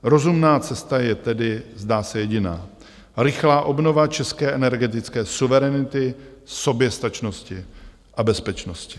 Rozumná cesta je tedy, zdá se, jediná: rychlá obnova české energetické suverenity, soběstačnosti a bezpečnosti.